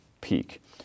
peak